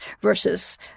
versus